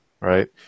right